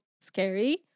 scary